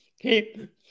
keep